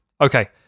Okay